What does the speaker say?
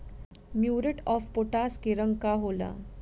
Muriate of potash के रंग का होला?